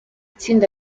tsinda